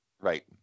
Right